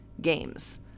games